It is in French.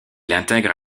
intègre